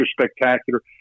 spectacular